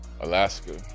Alaska